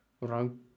Wrong